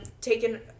taken